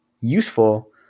useful